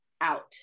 out